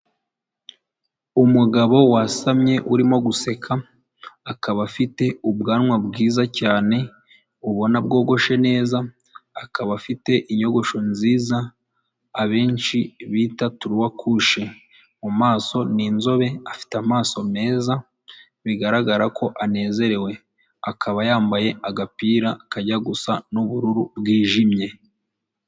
Umugabo wasamye urimo guseka, akaba afite ubwanwa bwiza cyane, ubona bwogoshe neza, akaba afite inyogosho nziza, abenshi bita turuwa kushe, mu maso ni inzobe, afite amaso meza, bigaragara ko anezerewe, akaba yambaye agapira kajya gusa n'ubururu bwijimye.